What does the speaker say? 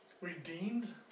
redeemed